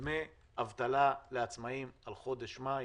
דמי אבטלה לעצמאיים על חודש מאי.